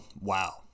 wow